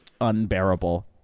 unbearable